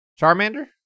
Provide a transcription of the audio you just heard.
charmander